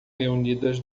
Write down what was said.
reunidas